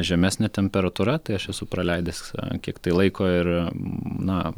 žemesnė temperatūra tai aš esu praleidęs kiek tai laiko ir na